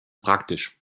praktisch